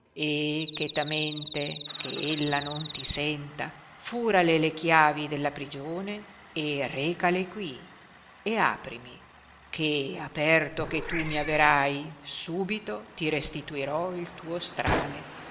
e chetamente che ella non ti senta furale le chiavi della prigione e recale qui e aprimi che aperto che tu mi averai subito ti restituirò il tuo strale